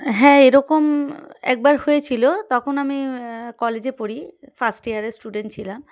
হ্যাঁ এরকম একবার হয়েছিলো তখন আমি কলেজে পড়ি ফার্স্ট ইয়ারে স্টুডেন্ট ছিলাম